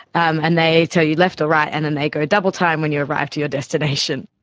um and they tell you left or right and then they go double time when you arrive to your destination.